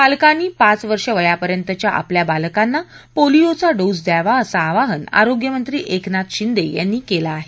पालकांनी पाच वर्ष वयापर्यंतच्या आपल्या बालकांना पोलिओचा डोस द्यावा असं आवाहन आरोग्यमंत्री एकनाथ शिंदे यांनी केलं आहे